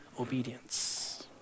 obedience